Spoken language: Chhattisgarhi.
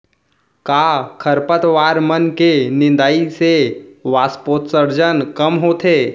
का खरपतवार मन के निंदाई से वाष्पोत्सर्जन कम होथे?